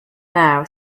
now